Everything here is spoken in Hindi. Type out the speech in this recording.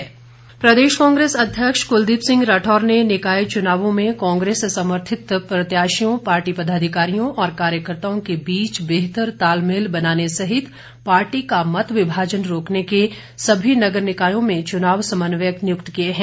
कांग्रे स प्रदेश कांग्रेस अध्यक्ष कुलदीप सिंह राठौर ने निकाय चुनावों में कांग्रेस समर्थित प्रत्याशियों पार्टी पदाधिकारियों और कार्यकर्ताओं के बीच बेहतर तालमेल बनाने सहित पार्टी का मत विभाजन रोकने के लिए सभी नगर निकायों में चुनाव समन्वयक नियुक्त किए हैं